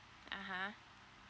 uh !huh!